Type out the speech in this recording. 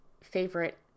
favorite